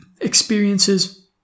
experiences